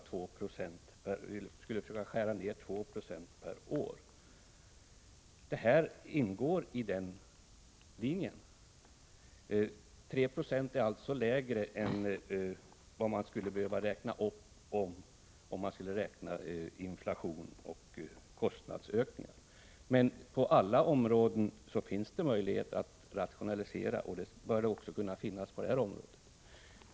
1985/86:130 skära ner utgifterna med 2 2 per år. Förslaget om en uppräkning med3 Z 29 april 1986 följer den linjen. Det är en mindre uppräkning än den man skulle behöva göra om man tog hänsyn till inflation och kostnadsökningar. Men det finns möjligheter att rationalisera på alla områden, och det bör kunna gälla också för det här området.